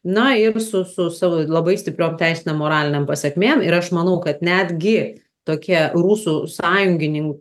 na ir su su savo labai stipriom teisinėm moralinėm pasekmėm ir aš manau kad netgi tokie rusų sąjunginin